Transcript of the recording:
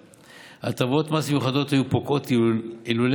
הטבות המס המיוחדות היו פוקעות אילולא